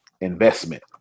investment